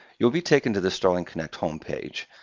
you'll be taken to the starling connect homepage,